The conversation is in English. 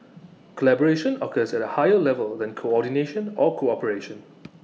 collaboration occurs at A higher level than coordination or cooperation